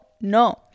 no